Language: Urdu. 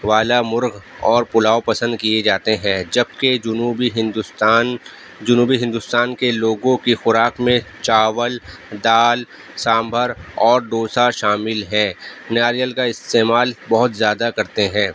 والا مرغ اور پلاؤ پسند کیے جاتے ہیں جبکہ جنوبی ہندوستان جنوبی ہندوستان کے لوگوں کی خوراک میں چاول دال سانبھر اور ڈوسا شامل ہے ناریل کا استعمال بہت زیادہ کرتے ہیں